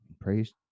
Praise